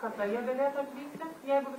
kada jie galėtų atvykti jeigu